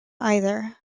either